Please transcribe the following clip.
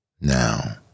now